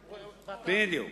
בדיוק.